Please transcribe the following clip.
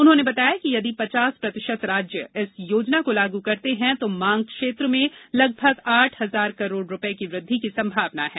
उन्होंने बताया कि यदि पचास प्रतिशत राज्य इस योजना को लागू करते हैं तो मांग क्षेत्र में लगभग आठ हजार करोड रूपये की वृद्धि की संभावना है